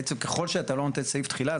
בעצם ככל שאתה לא נותן סעיף תחילה,